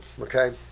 okay